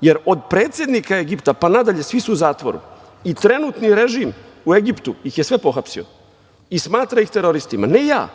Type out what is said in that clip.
jer od predsednika Egipta, pa nadalje, svi su u zatvoru i trenutni režim u Egiptu ih je sve pohapsio i smatra ih teroristima. Ne ja,